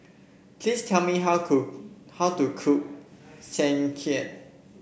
please tell me how cook how to cook Sekihan